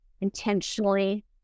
intentionally